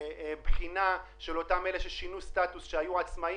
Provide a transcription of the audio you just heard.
לגבי תקינה של אותם אלה ששינו סטטוס מעצמאיים